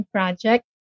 Project